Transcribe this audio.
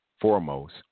foremost